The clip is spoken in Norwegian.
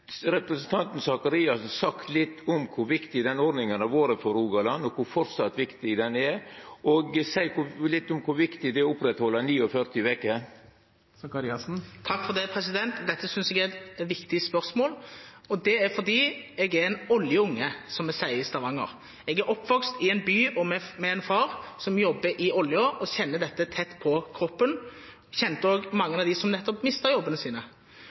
representanten Faret Sakariassen sagt litt om kor viktig den ordninga har vore for Rogaland, kor viktig den framleis er, og seia litt om kor viktig det er å oppretthalda 49 veker? Dette synes jeg er et viktig spørsmål, og det er fordi jeg er en oljeunge, som vi sier i Stavanger. Jeg er oppvokst i en by med en far som jobber i «oljå», og kjenner dette tett på kroppen. Jeg kjente også mange av dem som nettopp mistet jobbene sine.